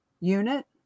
unit